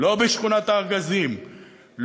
בשכונת-הארגזים,